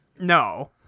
No